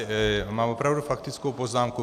Já mám opravdu faktickou poznámku.